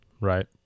right